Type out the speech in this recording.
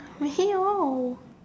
没有